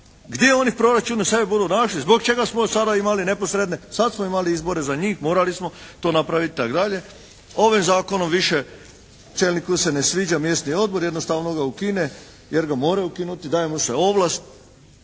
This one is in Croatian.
Gdje oni u proračunu sebe budu našli, zbog čega smo do sada imali neposredne, sad smo imali izbore za njih, morali smo to napraviti itd. Ovim zakonom više čelniku se ne sviđa mjesni odbor, jednostavno ga ukine jer ga mora ukinuti, daje mu se ovlast.